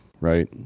right